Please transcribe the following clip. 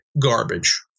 garbage